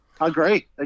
Agree